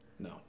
No